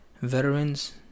veterans